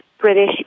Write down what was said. British